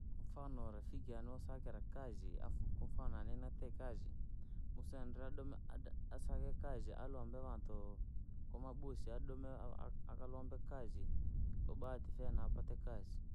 Kwafano rafiki yane osakira kazi, afu kwmfano na ni natite kazi, msendire adome ada akasake kazi alombe vantu, kwa mabosi adome a- a- akalombe kazi, kwabahati sana apate kazi.